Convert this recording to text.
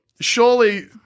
surely